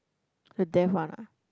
the death one ah